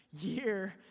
year